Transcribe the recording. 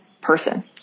person